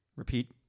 Repeat